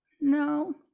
no